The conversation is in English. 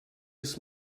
this